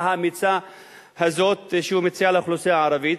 האמיצה הזאת שהוא מציע לאוכלוסייה הערבית?